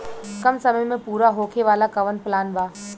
कम समय में पूरा होखे वाला कवन प्लान बा?